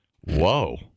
Whoa